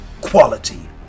quality